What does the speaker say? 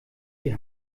die